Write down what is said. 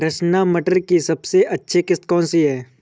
रचना मटर की सबसे अच्छी किश्त कौन सी है?